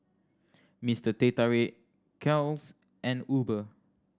Mister Teh Tarik Kiehl's and Uber